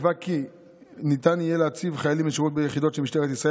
נקבע כי ניתן יהיה להציב חיילים לשירות ביחידות של משטרת ישראל